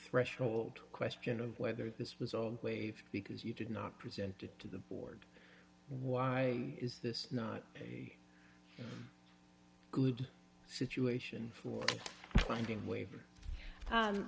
threshold question of whether this was all waived because you did not presented to the board why is this not a good situation for finding waiver